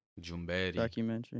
Documentary